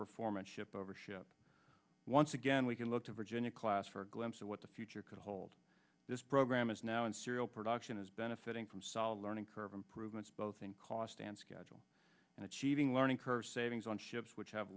performance ship over ship once again we can look to virginia class for a glimpse of what the future could hold this program is now and serial production is benefiting from solid learning curve improvements both in cost and schedule and achieving learning curves savings on ships which have